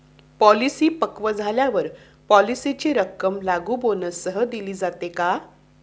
Policy पक्व झाल्यावर पॉलिसीची रक्कम लागू बोनससह दिली जाते का?